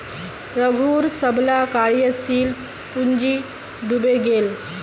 रघूर सबला कार्यशील पूँजी डूबे गेले